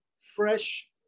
fresh